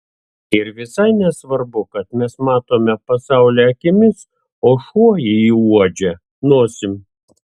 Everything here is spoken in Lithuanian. ir visai nesvarbu kad mes matome pasaulį akimis o šuo jį uodžia nosim